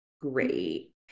great